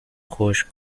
خشک